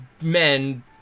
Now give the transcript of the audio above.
men